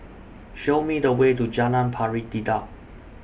Show Me The Way to Jalan Pari Dedap